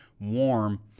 warm